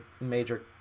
major